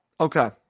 Okay